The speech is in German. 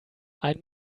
ein